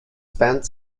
spent